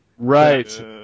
Right